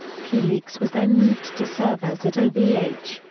wikileaks was then moved to servers at ovh,